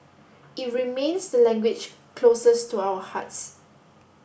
it remains the language closest to our hearts